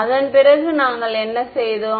அதன் பிறகு நாங்கள் என்ன செய்தோம்